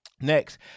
next